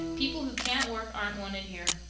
people who can't work aren't wanted here.